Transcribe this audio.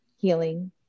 healing